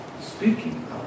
speaking